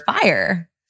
fire